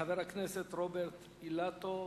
חבר הכנסת רוברט אילטוב.